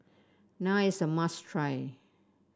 naan is a must try